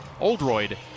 Oldroyd